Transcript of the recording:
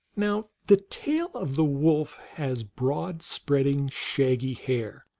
now the tail of the wolf has broad-spreading, shaggy hair,